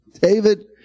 David